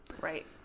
right